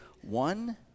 one